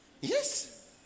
Yes